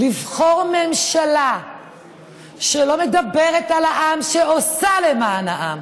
לבחור ממשלה שלא מדברת על העם, שעושה למען העם.